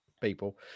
people